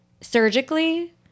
surgically